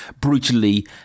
brutally